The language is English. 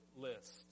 list